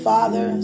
Father